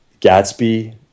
Gatsby